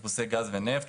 חיפושי גז ונפט,